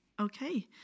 Okay